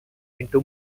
into